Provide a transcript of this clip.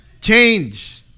change